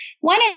One